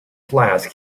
flask